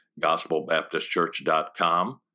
gospelbaptistchurch.com